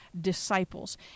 disciples